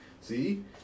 see